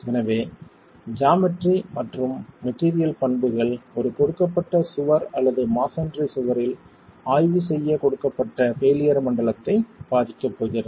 எனவே ஜாமெட்ரி மற்றும் மெட்டீரியல் பண்புகள் ஒரு கொடுக்கப்பட்ட சுவர் அல்லது மஸோன்றி சுவரில் ஆய்வு செய்ய கொடுக்கப்பட்ட பெயிலியர் மண்டலத்தை பாதிக்க போகிறது